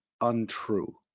untrue